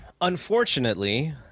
unfortunately